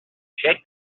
shake